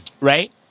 Right